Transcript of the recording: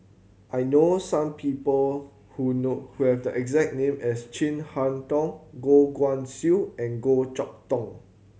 I know some people who know who have the exact name as Chin Harn Tong Goh Guan Siew and Goh Chok Tong